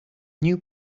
new